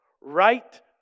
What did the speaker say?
right